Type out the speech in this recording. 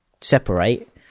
separate